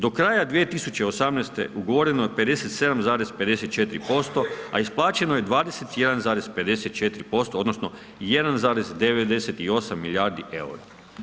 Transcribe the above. Do kraja 2018. ugovoreno je 57,54%, a isplaćeno je 21,54%, odnosno 1,98 milijardi eura.